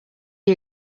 are